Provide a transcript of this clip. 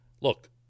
Look